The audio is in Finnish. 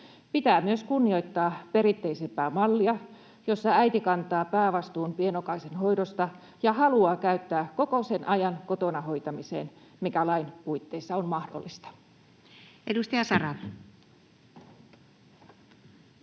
Pitää myös kunnioittaa perinteisempää mallia, jossa äiti kantaa päävastuun pienokaisen hoidosta ja haluaa käyttää kotona hoitamiseen koko sen ajan, mikä lain puitteissa on mahdollista. [Speech